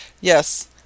Yes